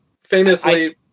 famously